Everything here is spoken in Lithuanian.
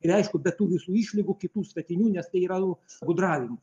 ir aišku be tų visų išlygų kitų statinių nes tai yra nu gudravimas